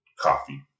coffee